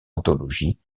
anthologies